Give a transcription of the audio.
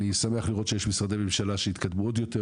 אני שמח לראות שיש משרדי ממשלה שהתקדמו עוד יותר,